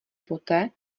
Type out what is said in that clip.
poté